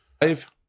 Five